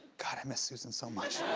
god, i miss susan so much.